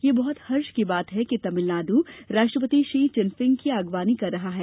यह बहुत हर्ष की बात है कि तमिलनाडु राष्ट्रपति शी जिनपिंग की अगवानी कर रहा है